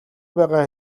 байгаа